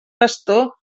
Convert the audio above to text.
bastó